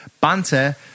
banter